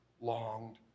longed